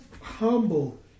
humble